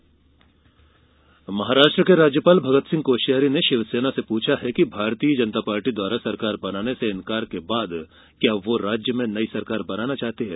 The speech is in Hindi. महाराष्ट्र सरकार महाराष्ट्र के राज्यपाल भगत सिंह कोश्यारी ने शिवसेना से पूछा है कि भारतीय जनता पार्टी द्वारा सरकार बनाने से इनकार के बाद क्या वह राज्य में नई सरकार बनाना चाहती है